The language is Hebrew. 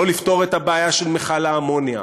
לא לפתור את הבעיה של מכל האמוניה,